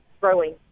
growing